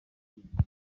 inyarwanda